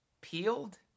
peeled